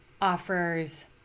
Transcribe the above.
offers